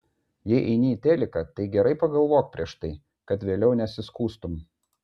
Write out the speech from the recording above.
jei eini į teliką tai gerai pagalvok prieš tai kad vėliau nesiskųstum